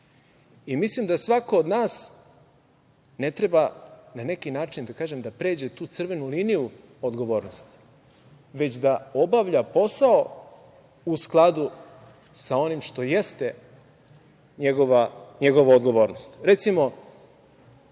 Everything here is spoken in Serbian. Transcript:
i mislim da svako od nas ne treba, na neki način, da pređe tu crvenu liniju odgovornosti, već da obavlja posao u skladu sa onim što jeste njegova odgovornost. Recimo,